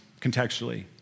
contextually